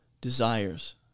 desires